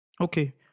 Okay